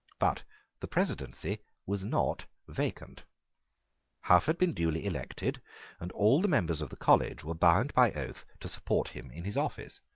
but the presidency was not vacant hough had been duly elected and all the members of the college were bound by oath to support him in his office.